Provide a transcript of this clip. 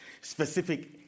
specific